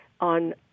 on